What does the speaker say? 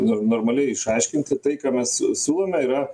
nor normaliai išaiškinti tai ką mes s siūlome yra